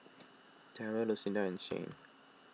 Darrell Lucinda and Shane